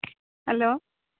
hello